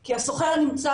כי הסוחר נמצא